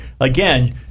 Again